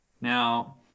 Now